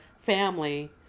family